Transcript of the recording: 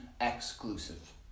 exclusive